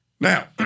Now